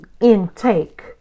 intake